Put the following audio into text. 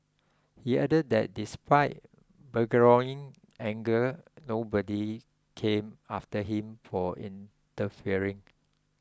he added that despite burgeoning anger nobody came after him for interfering